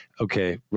Okay